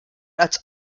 als